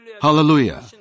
Hallelujah